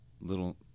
little